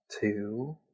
two